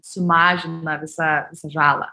sumažina visą visą žalą